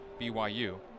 BYU